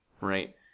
right